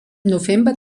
november